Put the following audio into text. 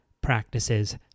practices